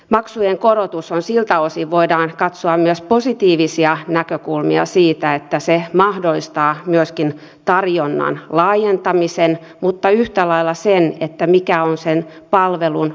maksujen korotus siltä osin voidaan katsoa myös positiivisia näkökulmia mahdollistaa myöskin tarjonnan laajentamisen mutta yhtä lailla sen että mikä on sen palvelun laatu